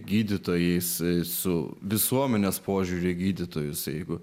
gydytojais su visuomenės požiūrio į gydytojus jeigu